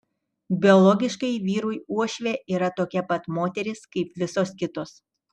biologiškai vyrui uošvė yra tokia pat moteris kaip visos kitos